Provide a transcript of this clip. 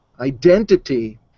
identity